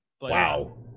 Wow